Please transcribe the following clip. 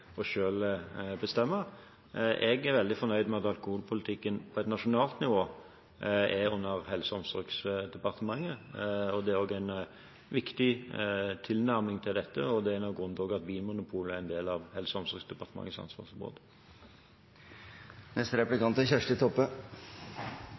bestemme. Jeg er veldig fornøyd med at alkoholpolitikken på et nasjonalt nivå er under Helse- og omsorgsdepartementet, og det er også en viktig tilnærming til dette. Det er nok også grunnen til at Vinmonopolet er en del av Helse- og omsorgsdepartementets ansvarsområde.